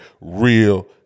real